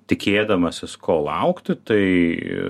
tikėdamasis ko laukti tai